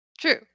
True